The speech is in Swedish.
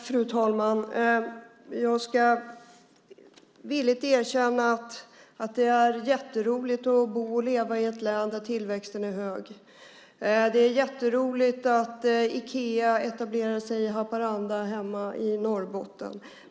Fru talman! Jag ska villigt erkänna att det är jätteroligt att bo och leva i ett län där tillväxten är hög. Det är jätteroligt att Ikea etablerar sig i Haparanda i mitt hemlän Norrbotten.